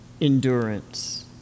endurance